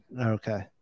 Okay